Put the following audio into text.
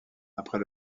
après